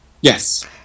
Yes